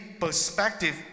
perspective